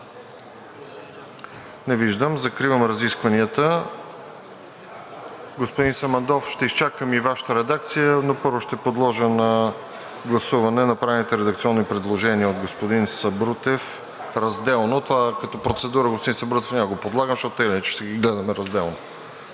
Не виждам. Закривам разискванията. Господин Самандòв, ще изчакам и Вашата редакция, но първо ще подложа на гласуване направените редакционни предложения от господин Сабрутев – разделно, това като процедура. Господин Сабрутев, няма да го подлагам, защото вече ще ги гледаме разделно.